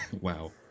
Wow